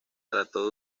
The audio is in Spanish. trató